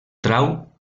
trau